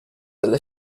della